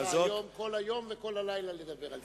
יהיו לך היום, כל היום וכל הלילה, לדבר על זה.